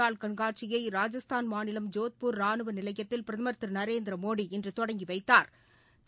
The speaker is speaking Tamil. நாள் கண்காட்சியை ராஜஸ்தான் மாநிலம் ஜோத்பூர் ராணுவ நிலையத்தில் பிரதமர் திரு நரேந்திரமோடி இன்று தொடங்கி வைத்தாா்